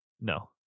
No